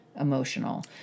emotional